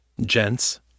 Gents